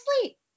sleep